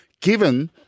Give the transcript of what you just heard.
Given